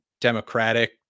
democratic